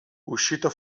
uscito